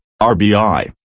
RBI